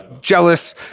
jealous